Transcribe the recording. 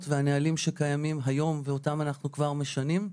והנהלים שקיימים היום ואותם אנחנו כבר משנים.